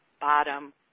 bottom